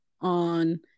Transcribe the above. on